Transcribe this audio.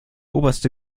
oberste